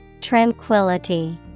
Tranquility